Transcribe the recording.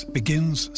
begins